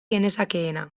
genezakeena